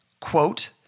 quote